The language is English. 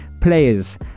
players